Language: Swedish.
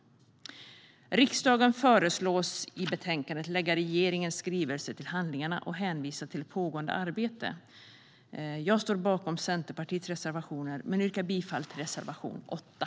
Riksdagen föreslås i betänkandet lägga regeringens skrivelse till handlingarna med hänvisning till pågående arbete. Jag står bakom Centerpartiets reservationer och yrkar bifall till reservation 8.